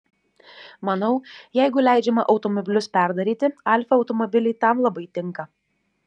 manau jeigu leidžiama automobilius perdaryti alfa automobiliai tam labai tinka